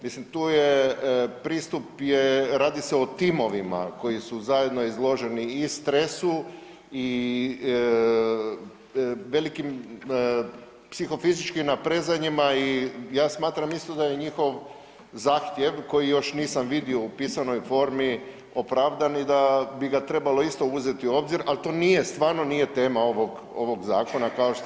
Mislim tu je, pristup je, radi se o timovima koji su zajedno izloženi i stresu i velikim psihofizičkim naprezanjima i ja smatram isto da je njihov zahtjev koji još nisam vidio u pisanoj formi opravdan i da bi ga trebalo isto uzeti u obzir, al to nije, stvarno nije tema ovog, ovog zakona kao što ste na početku rekli.